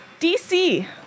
DC